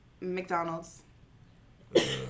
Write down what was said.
McDonald's